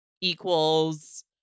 equals